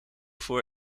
voor